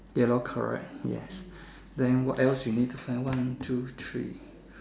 yellow correct yes then what else you need to find one two three